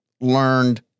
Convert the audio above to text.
learned